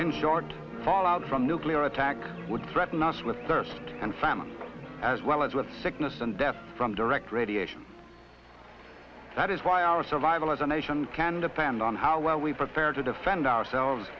in short fallout from nuclear attack would threaten us with thirst and famine as well as with sickness and death from direct radiation that is why our survival as a nation can depend on how well we've prepared to defend ourselves